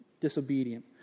disobedient